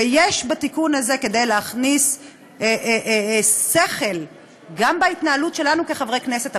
ויש בתיקון הזה כדי להכניס שכל גם בהתנהלות שלנו כחברי כנסת,